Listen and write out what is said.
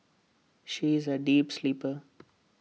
she is A deep sleeper